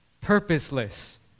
purposeless